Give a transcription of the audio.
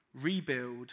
rebuild